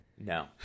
No